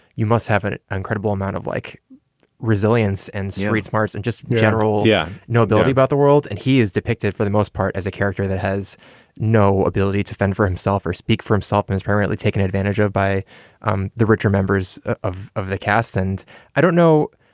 you must have an incredible amount of like resilience and street smarts and just general. yeah, nobility about the world. and he is depicted for the most part as a character that has no ability to fend for himself or speak for himself and apparently taken advantage of by um the richer members of of the cast. and i don't know,